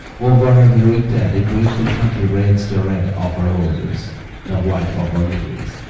over her heroic dead a grateful country wreathes the red of her roses, the white of her lilies,